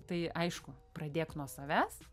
tai aišku pradėk nuo savęs